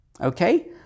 Okay